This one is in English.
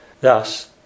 Thus